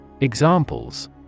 Examples